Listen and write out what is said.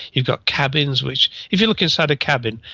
you've got cabins which if you look inside a cabin,